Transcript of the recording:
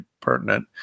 pertinent